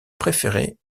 préférée